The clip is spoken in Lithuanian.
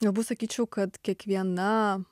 galbūt sakyčiau kad kiekviena